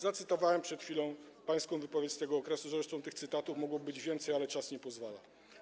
Zacytowałem przed chwilą pańską wypowiedź z tego okresu, zresztą tych cytatów mogłoby być więcej, ale czas na to nie pozwala.